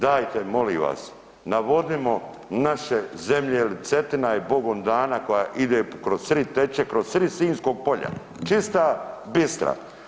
Dajte molim vas, navodnimo naše zemlje, jel Cetina je bogom dana koja ide kroz srid, teče kroz srid Sinjskog polja, čista, bistra.